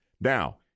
Now